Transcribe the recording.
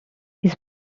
his